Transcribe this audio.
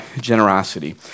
generosity